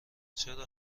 چرا